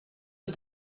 aux